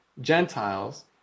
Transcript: Gentiles